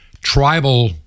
tribal